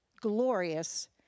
glorious